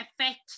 affect